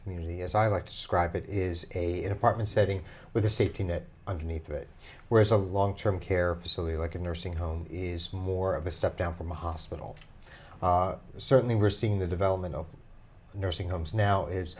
community as i like to scribe it is a apartment setting with a safety net underneath it whereas a long term care facility like a nursing home is more of a step down from a hospital certainly we're seeing the development of the nursing homes now is